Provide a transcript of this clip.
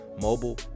mobile